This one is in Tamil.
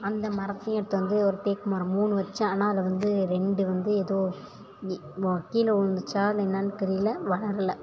அந்த மரத்தையும் எடுத்து வந்து ஒரு தேக்கு மரம் மூணு வைச்சேன் ஆனால் அது வந்து ரெண்டு வந்து ஏதோ கீழே விழுந்துச்சா இல்லை என்னனு தெரியலை வளரலை